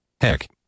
Heck